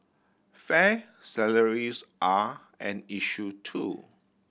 fair salaries are an issue too